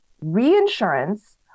reinsurance